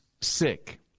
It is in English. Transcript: sick